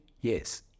Yes